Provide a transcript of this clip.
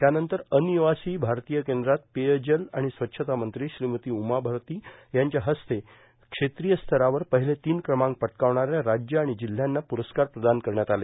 त्यानंतर अनिवासी भारतीय केंद्रात पेयजल आणि स्वच्छता मंत्री श्रीमती उमा भारती यांच्या हस्ते क्षेत्रीय स्तरावर पहिले तीन क्रमांक पटकावणाऱ्या राज्य आणि जिल्ह्यांना पुरस्कार प्रदान करण्यात आले